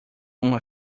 uma